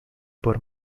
por